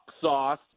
sauce